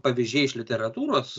pavyzdžiai iš literatūros